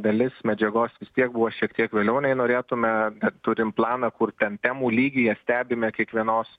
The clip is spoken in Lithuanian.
dalis medžiagos vis tiek buvo šiek tiek vėliau nei norėtume bet turim planą kur ten temų lygyje stebime kiekvienos